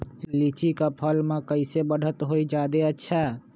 लिचि क फल म कईसे बढ़त होई जादे अच्छा?